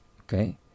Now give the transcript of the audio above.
okay